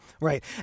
Right